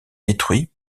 détruit